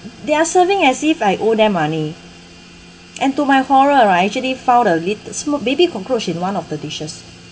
they are serving as if I owe them money and to my horror I actually found a lit~ small baby cockroach in one of the dishes